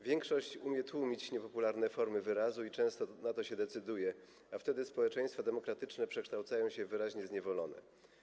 Większość umie tłumić niepopularne formy wyrazu i często na to się decyduje, a wtedy społeczeństwa demokratyczne przekształcają się w wyraźnie zniewolone.